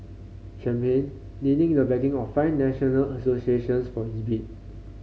champagne needing the backing of five national associations for his bid